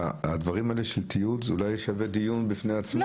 הדברים של התיעוד שווים דיון בפני עצמו,